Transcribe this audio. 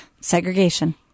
segregation